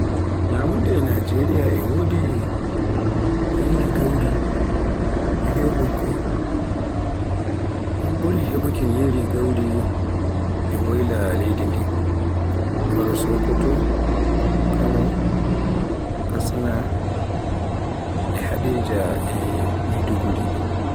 Nyamunda e Najeriya e wodi nyiri gawri e li'o bokko, un buri hebuki nyiri gawri e woyla leydi ndin, faro Sokoto, Kano, Katsina, e Hadejia e Maiduguri.